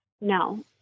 No